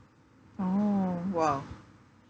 oh !wow!